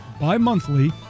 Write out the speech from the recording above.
bi-monthly